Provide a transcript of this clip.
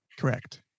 Correct